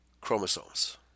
chromosomes